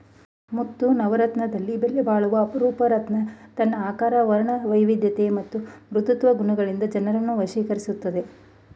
ಮುತ್ತು ನವರತ್ನದಲ್ಲಿ ಬೆಲೆಬಾಳುವ ಅಪೂರ್ವ ರತ್ನ ತನ್ನ ಆಕಾರ ವರ್ಣವೈವಿಧ್ಯತೆ ಮತ್ತು ಮೃದುತ್ವ ಗುಣಗಳಿಂದ ಜನರನ್ನು ವಶೀಕರಿಸ್ತದೆ